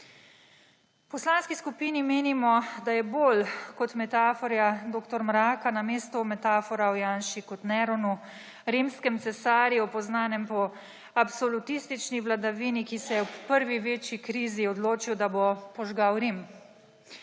V poslanski skupini menimo, da je bolj kot metafora dr. Mraka na mestu metafora o Janši kot Neronu, rimskem cesarju, poznanem po absolutistični vladavini, ki se je ob prvi večji krizi odločil, da bo požgal Rim.